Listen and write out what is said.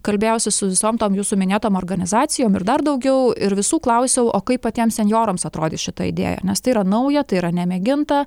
kalbėjausi su visom tom jūsų minėtom organizacijom ir dar daugiau ir visų klausiau o kaip patiems senjorams atrodė šita idėja nes tai yra nauja tai yra nemėginta